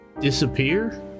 disappear